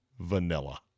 vanilla